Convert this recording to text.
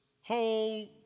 whole